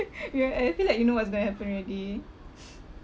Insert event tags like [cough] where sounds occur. [laughs] ya I I feel like you know what's going to happen already [laughs]